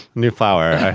new flower.